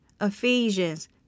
ephesians